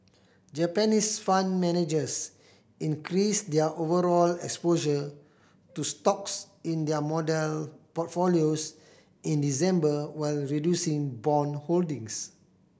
Japanese fund managers increased their overall exposure to stocks in their model portfolios in December while reducing bond holdings